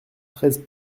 treize